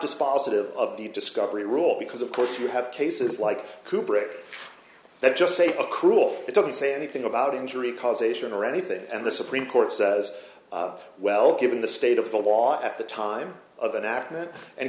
dispositive of the discovery rule because of course you have cases like who breaks that just say a cruel it doesn't say anything about injury causation or anything and the supreme court says well given the state of the law at the time of an accident and